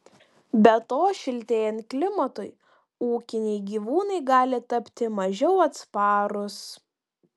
be to šiltėjant klimatui ūkiniai gyvūnai gali tapti mažiau atsparūs